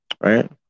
right